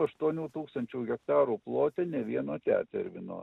aštuonių tūkstančių hektarų plote ne vieno tetervino